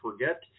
forget